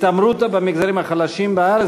התעמרות במגזרים החלשים בארץ,